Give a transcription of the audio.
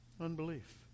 unbelief